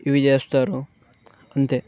ఇవి చేస్తారు అంతే